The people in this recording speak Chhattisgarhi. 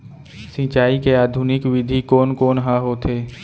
सिंचाई के आधुनिक विधि कोन कोन ह होथे?